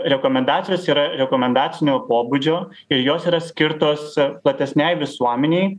rekomendacijos yra rekomendacinio pobūdžio ir jos yra skirtos platesnei visuomenei